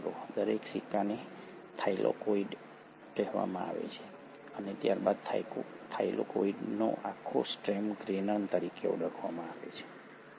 દરેક સિક્કાને થાઇલેકોઇડ કહેવામાં આવશે અને ત્યારબાદ થાઇલેકોઇડનો આખો સ્ટેક ગ્રેનમ તરીકે ઓળખવામાં આવશે